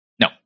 No